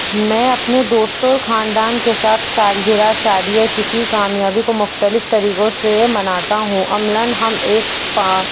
میں اپنے دوستوں اور خاندان کے ساتھ سالگرہ شادی یا کسی کامیابی کو مختلف طریقوں سے مناتا ہوں عملاً ہم ایک پا